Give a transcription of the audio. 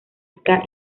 ska